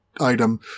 item